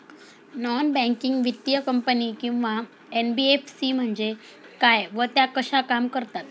Non banking वित्तीय company किंवा NBFC म्हणजे काय व त्या कशा काम करतात?